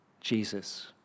Jesus